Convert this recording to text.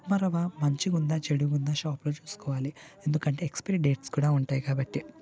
ఉప్మా రవ్వ మంచిగా ఉందా చెడుగా ఉందా షాప్లో చూసుకోవాలి ఎందుకంటే ఎక్స్పరి డేట్స్ కూడా ఉంటాయి కాబట్టి